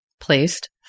placed